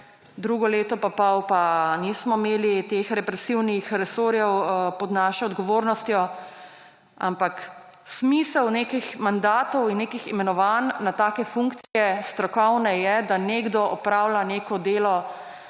drugo leto in pol pa nismo imeli teh represivnih resorjev pod našo odgovornostjo. Ampak smisel nekih mandatov in nekih imenovanj na take strokovne funkcije je, da nekdo opravlja neko delo